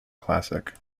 classic